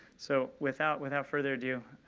so without without further ado,